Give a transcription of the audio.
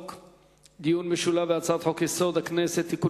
דיון משולב בהצעת חוק-יסוד: הכנסת (תיקון